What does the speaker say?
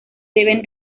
deben